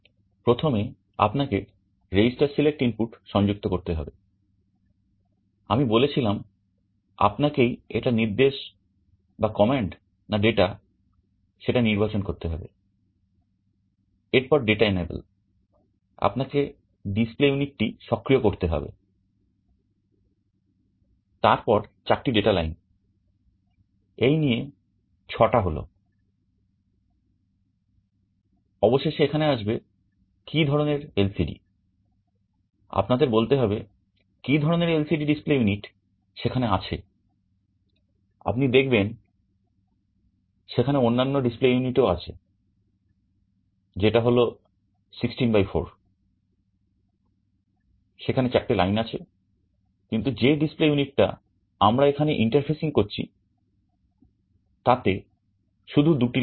প্রথমে আপনাকে register select input করছি তাতে শুধু দুটি লাইন আছে